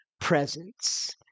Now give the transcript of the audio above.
presence